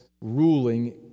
ruling